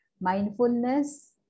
Mindfulness